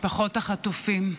משפחות החטופים,